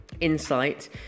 insight